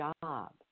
job